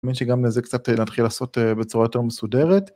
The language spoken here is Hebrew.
אני מאמין שגם לזה קצת נתחיל לעשות בצורה יותר מסודרת.